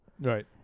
Right